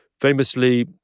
famously